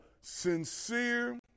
sincere